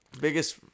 biggest